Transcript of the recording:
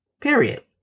period